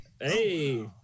Hey